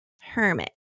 hermit